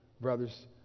brothers